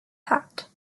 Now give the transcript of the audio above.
hat